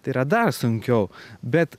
tai yra dar sunkiau bet